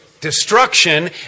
destruction